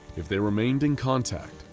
if they remained in contact,